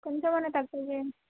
కొంచెం అన్న తెక్కువ చేయండి